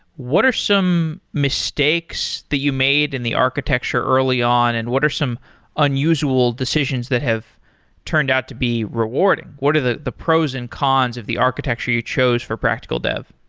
what are some mistakes that you made in the architecture early on and what are some unusual decisions that have turned out to be rewarding? what are the the pros and cons of the architecture you chose for practical dev?